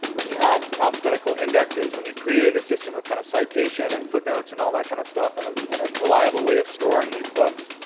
when you had alphabetical indexes, when you created a system of kind of citation and footnotes and all that kind of stuff and and a reliable way of storing these books,